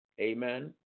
Amen